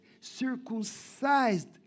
circumcised